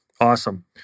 Awesome